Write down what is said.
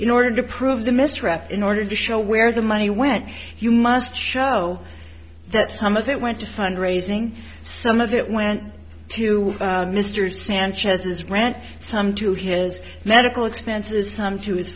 in order to prove the mystery in order to show where the money went you must show that some of it went to fund raising some of it went to mr sanchez's rant some to his medical expenses on to his